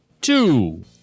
two